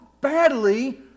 badly